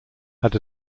had